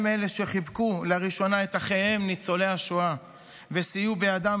הם אלו שחיבקו לראשונה את אחיהם ניצולי השואה וסייעו בידם